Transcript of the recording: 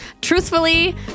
Truthfully